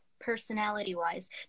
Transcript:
personality-wise